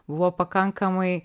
buvo pakankamai